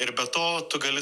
ir be to tu gali